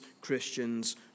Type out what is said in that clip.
Christians